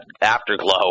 afterglow